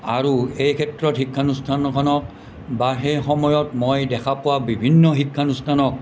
আৰু এই ক্ষেত্ৰত শিক্ষানুষ্ঠানখনক বা সেই সময়ত মই দেখা পোৱা বিভিন্ন শিক্ষানুষ্ঠান